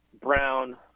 Brown